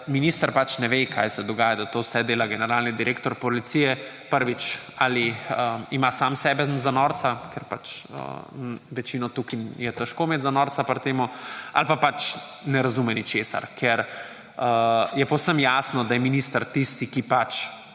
minister ne ve, kaj se dogaja, da to vse dela generalni direktor policije, prvič, ali ima samega sebe za norca, ker pač večino tukaj je težko imeti za norca pri tem, ali pa pač ne razume ničesar, ker je povsem jasno, da je minister tisti, ki daje